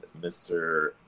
Mr